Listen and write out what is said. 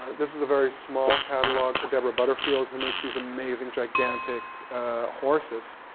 ah this is a very small catalog for deborah butterfield, who makes these amazing, gigantic horses.